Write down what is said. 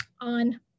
on